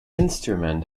instrument